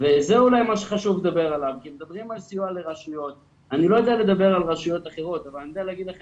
אני לא מדבר על הוצאות חירום